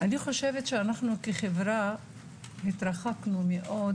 אני חושבת שכחברה התרחקנו מאוד